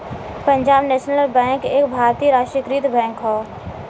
Punjab National Bank एक भारतीय राष्ट्रीयकृत बैंक हौ